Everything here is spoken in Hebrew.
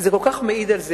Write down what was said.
זה כל כך מעיד על כך.